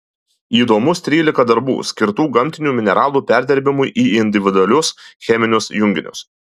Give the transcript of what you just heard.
įdomūs trylika darbų skirtų gamtinių mineralų perdirbimui į individualius cheminius junginius